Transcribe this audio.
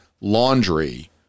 laundry